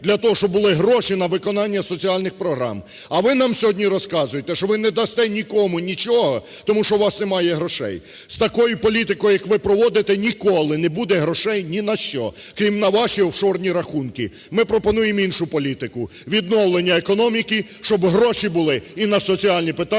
для того, щоб були гроші на виконання соціальних програм. А ви нам сьогодні розказуєте, що ви не дасте нікому нічого, тому що у вас немає грошей. З такою політикою. як ви проводите, ніколи не буде грошей ні на що, крім на ваші офшорні рахунки. Ми пропонуємо іншу політику: відновлення економіки, щоб гроші були і на соціальні питання,